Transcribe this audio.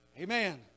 Amen